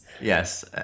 Yes